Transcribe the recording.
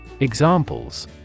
Examples